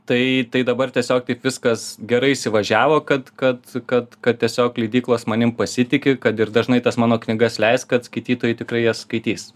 tai tai dabar tiesiog taip viskas gerai įsivažiavo kad kad kad kad tiesiog leidyklos manim pasitiki kad ir dažnai tas mano knygas leis kad skaitytojai tikrai jas skaitys